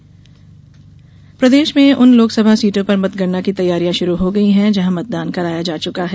मतगणना तैयारी प्रदेश में उन लोकसभा सीटों पर मतगणना की तैयारी शुरू हो गई है जहां मतदान कराया जा चुका है